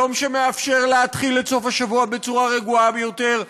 יום שמאפשר להתחיל את סוף השבוע בצורה רגועה ביותר,